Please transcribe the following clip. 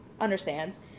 understands